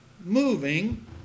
moving